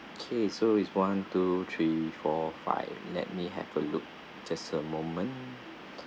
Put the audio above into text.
okay so is one two three four five let me have a look just a moment